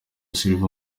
silva